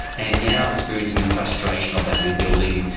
and now experiencing the frustration of that rebuilding,